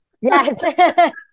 Yes